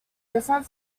different